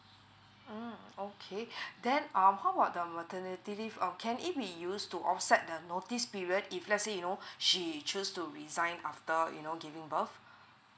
mm okay then um how about the maternity leave um can it be used to offset the notice period if let's say you know she choose to resign after you know giving birth